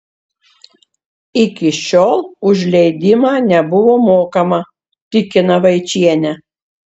iki šiol už leidimą nebuvo mokama tikina vaičienė